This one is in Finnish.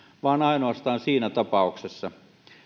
vaan ainoastaan siinä tapauksessa